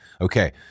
Okay